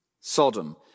Sodom